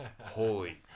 Holy